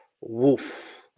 Woof